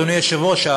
אדוני היושב-ראש,